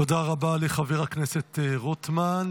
תודה רבה לחבר הכנסת רוטמן.